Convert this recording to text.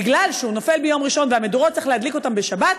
בגלל שהוא נופל ביום ראשון ואת המדורות צריך להדליק בשבת,